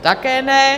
Také ne.